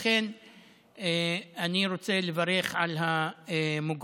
לכן אני רוצה לברך על המוגמר.